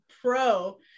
pro